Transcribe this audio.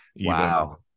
Wow